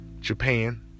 Japan